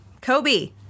Kobe